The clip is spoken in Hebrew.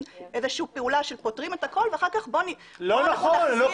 איזושהי פעולה שפוטרים את הכול ואחר כך בוא --- זה לא נכון.